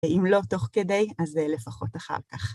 ואם לא תוך כדי, אז לפחות אחר כך.